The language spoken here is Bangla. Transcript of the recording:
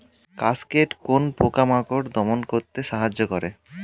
কাসকেড কোন পোকা মাকড় দমন করতে সাহায্য করে?